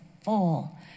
full